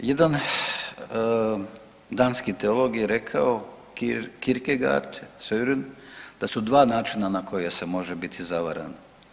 Jedan danski teolog je rekao Kierkegaard Soren da su dva načina na koje se može biti zavaran.